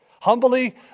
Humbly